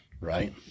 Right